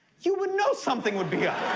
you would know something would be up.